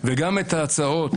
וגם את ההצעות